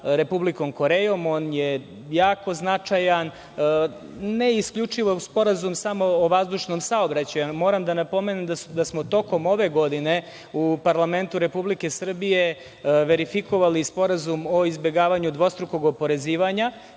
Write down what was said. Republikom Korejom. On je jako značajan. Ne isključivo samo sporazum o vazdušnom saobraćaju, moram da napomenem da smo tokom ove godine u parlamentu RS verifikovali Sporazum o izbegavanju dvostrukog oporezivanja,